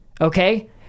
Okay